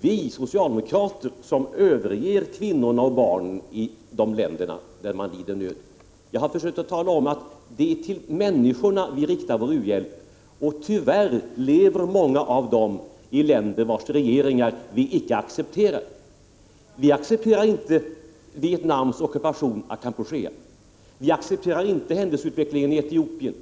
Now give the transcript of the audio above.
vi socialdemokrater som överger kvinnorna och barnen i de länder där man lider nöd. Jag har försökt att tala om att det är till människorna vi riktar vår u-hjälp. Tyvärr lever många av dessa i länder vilkas regeringar vi inte accepterar. Vi accepterar inte Vietnams ockupation av Kampuchea. Vi accepterar inte händelseutvecklingen i Etiopien.